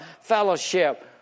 fellowship